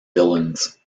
villains